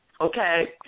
Okay